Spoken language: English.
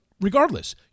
regardless